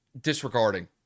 disregarding